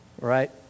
right